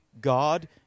God